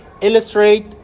illustrate